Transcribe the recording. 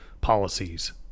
policies